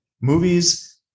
movies